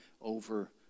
over